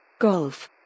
Golf